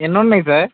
ఎన్ని ఉన్నాయి సార్